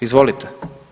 Izvolite.